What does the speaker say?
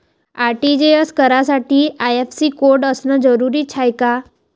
RTGS करासाठी IFSC code असनं जरुरीच हाय का?